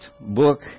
book